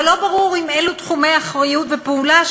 אבל לא ברור עם אילו תחומי אחריות ופעולה,